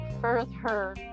further